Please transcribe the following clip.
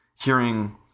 hearing